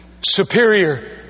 Superior